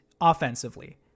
offensively